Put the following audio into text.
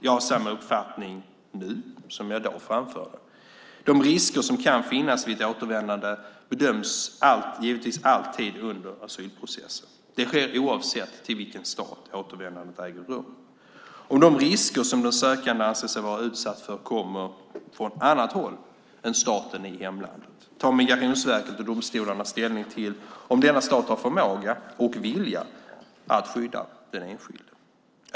Jag har samma uppfattning nu som jag då framförde. De risker som kan finnas vid ett återvändande bedöms givetvis alltid under asylprocessen. Det sker oavsett till vilken stat återvändandet äger rum. Om de risker som den sökande anser sig vara utsatt för kommer från annat håll än staten i hemlandet tar Migrationsverket och domstolarna ställning till om denna stat har förmåga och vilja att skydda den enskilde.